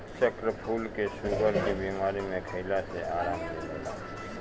चक्रफूल के शुगर के बीमारी में खइला से आराम मिलेला